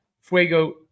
Fuego